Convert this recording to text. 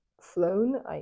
flown